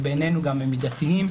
שגם בעינינו הם מידתיים,